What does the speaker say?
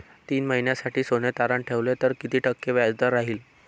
तीन महिन्यासाठी सोने तारण ठेवले तर किती टक्के व्याजदर राहिल?